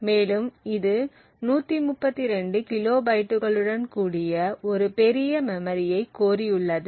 மேலும் இது 132 கிலோபைட்டுகளுடன் கூடிய ஒரு பெரிய மெமரியை கோரியுள்ளது